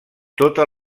totes